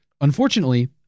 unfortunately